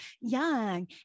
young